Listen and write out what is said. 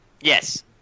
Yes